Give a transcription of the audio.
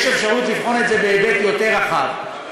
יש אפשרות לבחון את זה בהיבט יותר רחב.